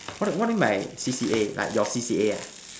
what do what do you mean by C_C_A like your C_C_A ah